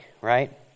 right